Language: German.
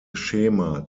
schema